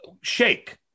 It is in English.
shake